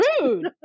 Rude